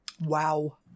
Wow